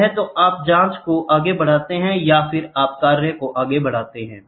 या तो आप जांच को आगे बढ़ाते हैं या आप कार्य को आगे बढ़ाते हैं